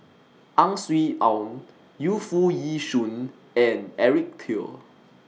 Ang Swee Aun Yu Foo Yee Shoon and Eric Teo